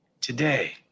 today